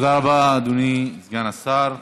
תודה רבה, אדוני סגן השר.